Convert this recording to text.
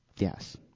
Yes